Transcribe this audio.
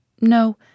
No